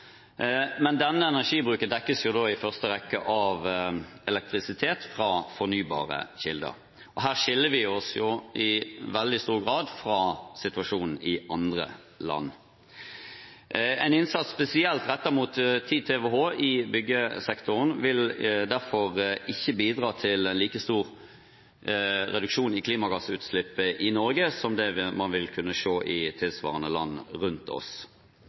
Men denne energibruken dekkes jo da i første rekke av elektrisitet fra fornybare kilder. Her skiller vi oss i veldig stor grad fra situasjonen i andre land. En innsats spesielt rettet mot 10 TWh i byggsektoren vil derfor ikke bidra til like stor reduksjon i klimagassutslippet i Norge som det man vil kunne se i tilsvarende land rundt oss.